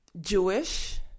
Jewish